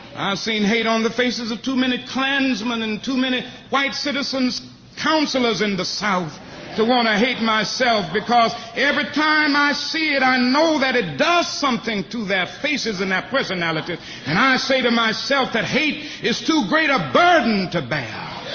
i've seen hate on the faces of too many klansmen and too many white citizens councilors in the south to want to hate, myself, because every time i see it, i know that it does something to faces and their personalities, and i say to myself that hate is too great a burden to bear.